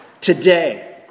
Today